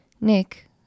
Nick